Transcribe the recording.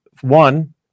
one